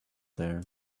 there